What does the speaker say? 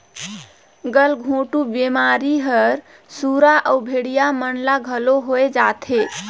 गलघोंटू बेमारी हर सुरा अउ भेड़िया मन ल घलो होय जाथे